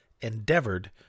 endeavored